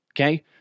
okay